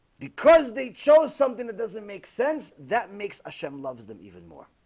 because they chose something that doesn't make sense that makes a shem loves them even more